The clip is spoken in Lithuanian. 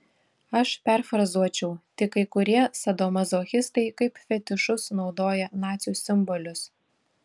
aš perfrazuočiau tik kai kurie sadomazochistai kaip fetišus naudoja nacių simbolius